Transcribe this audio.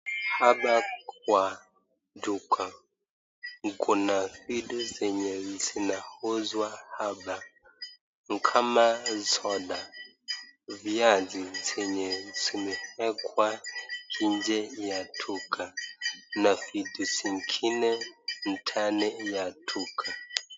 Hapa kwa duka, kuna vitu zenye zinauzwa hapa kama soda, viazi zenye zimeekwa nje ya duka na vitu zingine ndani ya duka.